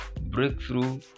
breakthrough